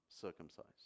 circumcised